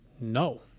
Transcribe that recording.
no